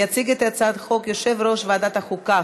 יציג את הצעת החוק יושב-ראש ועדת החוקה,